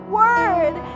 word